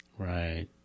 Right